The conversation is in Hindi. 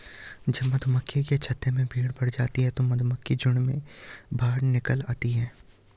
जब मधुमक्खियों के छत्ते में भीड़ बढ़ जाती है तो मधुमक्खियां झुंड में बाहर निकल आती हैं